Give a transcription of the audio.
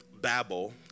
Babel